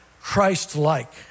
Christ-like